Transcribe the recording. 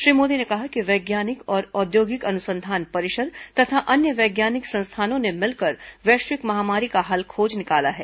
श्री मोदी ने कहा कि वैज्ञानिक और औद्योगिक अनुसंधान परिषद तथा अन्य वैज्ञानिक संस्थाओं ने मिलकर वैष्विक महामारी का हल खोज निकाला है